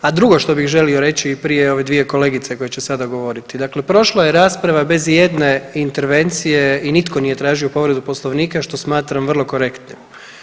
A drugo što bih želio reći prije ove svije kolegice koje će sada govoriti, dakle prošla je rasprava bez ijedne intervencije i nitko nije tražio povredu poslovnika što smatram vrlo korektnim.